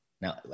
Now